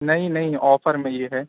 نہیں نہیں آفر میں ہی ہے